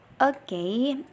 Okay